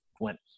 went